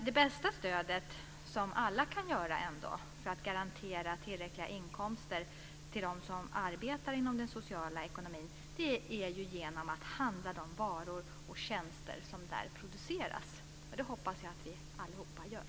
Det bästa stödet som man kan ge för att garantera tillräckliga inkomster för de som arbetar inom den sociala ekonomin är att handla de varor och tjänster som där produceras, och det hoppas jag att vi allihop gör.